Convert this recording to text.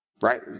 right